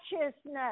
righteousness